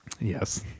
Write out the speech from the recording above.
Yes